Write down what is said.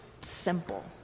simple